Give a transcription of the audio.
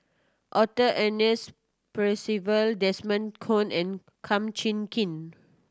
Arthur Ernest Percival Desmond Kon and Kum Chee Kin